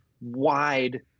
wide